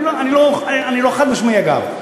אני לא חד-משמעי, אגב.